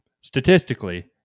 statistically